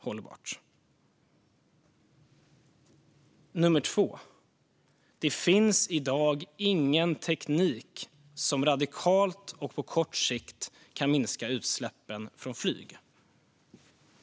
Det andra är att det i dag inte finns någon teknik som radikalt och på kort sikt kan minska utsläppen från flyg.